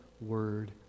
word